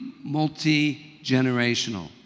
multi-generational